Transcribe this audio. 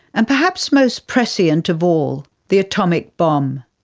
and, perhaps most prescient of all, the atomic bomb.